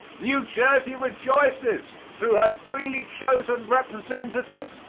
new jersey rejoices, through her freely chosen representatives,